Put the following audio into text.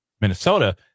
Minnesota